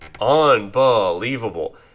unbelievable